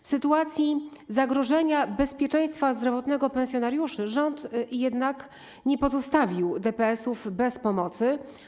W sytuacji zagrożenia bezpieczeństwa zdrowotnego pensjonariuszy rząd jednak nie pozostawił DPS-ów bez pomocy.